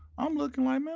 i'm looking like, man